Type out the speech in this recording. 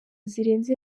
zirenze